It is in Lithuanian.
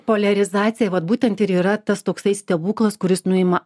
poliarizacija vat būtent ir yra tas toksai stebuklas kuris nuima